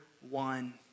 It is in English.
one